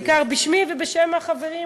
בעיקר בשמי ובשם החברים התל-אביביים.